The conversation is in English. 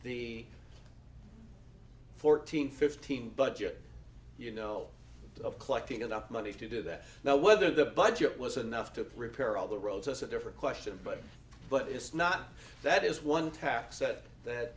the fourteen fifteen budget you know of collecting enough money to do that now whether the budget was enough to repair all the roads us a different question but but it's not that is one t